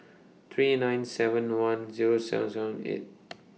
three nine seven one Zero seven seven eight